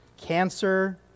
cancer